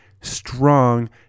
strong